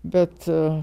bet aa